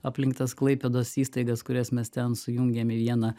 aplink tas klaipėdos įstaigas kurias mes ten sujungėme į vieną